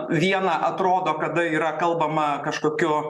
viena atrodo kada yra kalbama kažkokiu